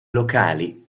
locali